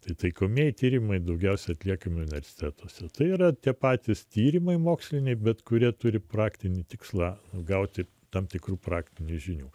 tai taikomieji tyrimai daugiausiai atliekami universitetuose tai yra tie patys tyrimai moksliniai bet kurie turi praktinį tikslą gauti tam tikrų praktinių žinių